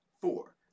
Four